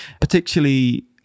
particularly